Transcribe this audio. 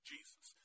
Jesus